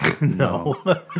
No